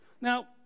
Now